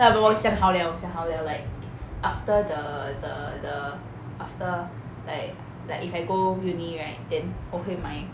like 我的想好 liao 想好 liao like after the the the after like like if I go uni right then 我会买